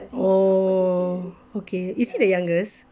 oh okay is he the youngest